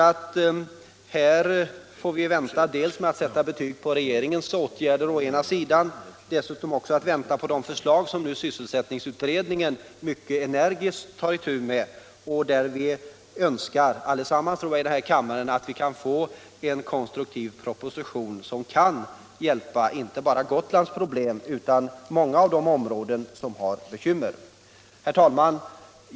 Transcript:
Vi bör nog vänta med att sätta betyg på den nya regeringen. Vi bör också avvakta de förslag som sysselsättningsutredningen nu mycket energiskt arbetar på. Jag tror att vi alla i denna kammare önskar att vi får en konstruktiv proposition, som skall hjälpa inte bara gotlänningarna med deras problem utan även befolkningen i många andra områden som har bekymmer. Herr talman!